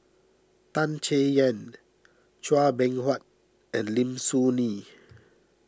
Tan Chay Yan Chua Beng Huat and Lim Soo Ngee